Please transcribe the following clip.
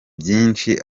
byinshi